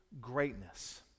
greatness